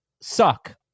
suck